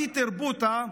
פיטר בותה,